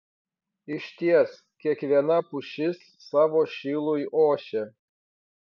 išties kiekviena pušis savo šilui ošia